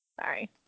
Sorry